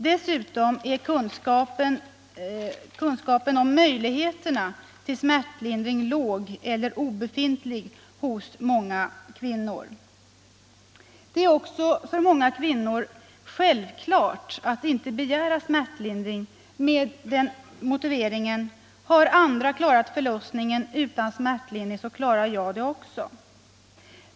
Dessutom är kunskapen om möjligheterna till smärtlindring låg eller obefintlig hos många kvinnor. Det är också för många kvinnor självklart att inte begära smärtlindring med motiveringen att har andra klarat förlossningen utan smärtlindring så klarar jag det också.